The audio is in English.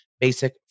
basic